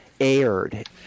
aired